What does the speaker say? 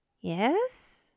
yes